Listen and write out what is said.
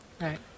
Right